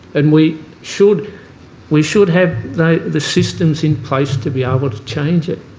and we should we should have the the systems in place to be able to change it.